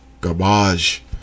garbage